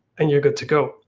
and you're good to go,